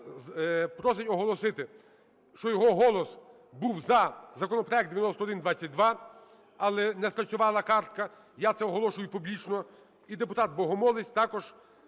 просить оголосити, що його голос був за законопроект 9122, але не спрацювала картка. Я це оголошую публічно. І депутат Богомолець також